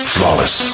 Flawless